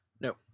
no